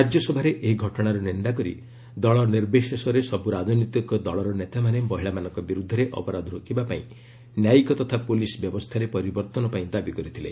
ରାଜ୍ୟସଭାରେ ଏହି ଘଟଣାର ନିନ୍ଦା କରି ଦଳ ନିର୍ବିଶେଷରେ ସବ୍ର ରାଜନୈତିକ ଦଳର ନେତାମାନେ ମହିଳାମାନଙ୍କ ବିର୍ଦ୍ଧରେ ଅପରାଧ ରୋକିବା ପାଇଁ ନ୍ୟାୟିକ ତଥା ପୁଲିସ୍ ବ୍ୟବସ୍ଥାରେ ପରିବର୍ତ୍ତନ ପାଇଁ ଦାବି କରିଥିଲେ